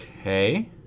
Okay